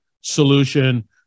solution